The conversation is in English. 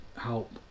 help